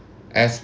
as